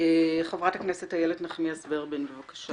חברת הכנסת איילת נחמיאס ורבין, בבקשה.